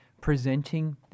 presenting